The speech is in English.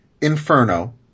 Inferno